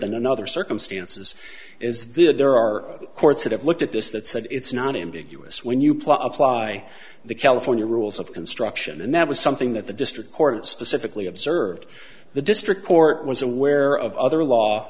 than other circumstances is that there are courts that have looked at this that said it's not ambiguous when you plug ply the california rules of construction and that was something that the district court specifically observed the district court was aware of other law